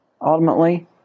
ultimately